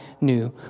new